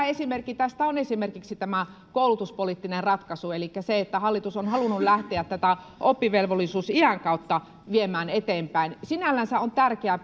esimerkki tästä on tämä koulutuspoliittinen ratkaisu elikkä se että hallitus on halunnut lähteä tätä oppivelvollisuusiän kautta viemään eteenpäin sinällänsä on tärkeää